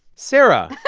sarah